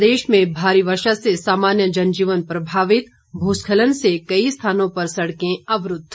प्रदेश में भारी वर्षा से सामान्य जनजीवन प्रभावित भूस्खलन से कई स्थानों पर सड़कें अवरूद्ध